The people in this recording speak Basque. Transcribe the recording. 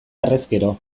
harrezkero